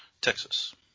Texas